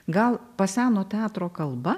gal paseno teatro kalba